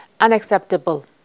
unacceptable